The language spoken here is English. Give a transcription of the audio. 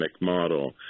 model